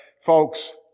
folks